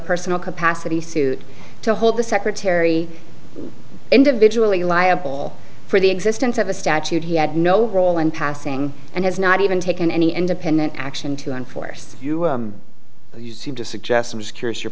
personal capacity suit to hold the secretary individually liable for the existence of a statute he had no role in passing and has not even taken any independent action to enforce you you seem to suggest i'm just curious your